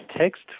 text